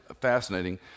fascinating